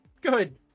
good